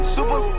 Super